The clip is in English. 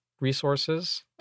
resources